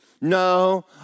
no